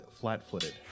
Flat-Footed